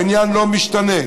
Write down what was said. העניין לא משתנה.